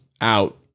out